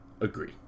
agree